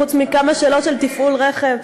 חוץ מכמה שאלות של תפעול רכב.